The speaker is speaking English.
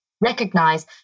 recognize